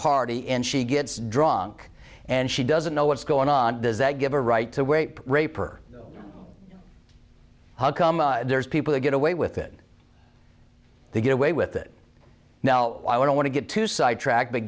party and she gets drawn and she doesn't know what's going on does that give a right to wait rape or how come there's people who get away with it they get away with it now i don't want to get to sidetrack but